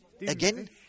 again